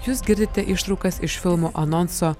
jūs girdite ištraukas iš filmo anonso